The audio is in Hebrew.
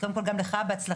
קודם כל גם לך בהצלחה,